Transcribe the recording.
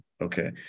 okay